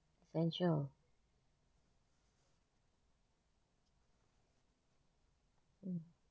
essential mm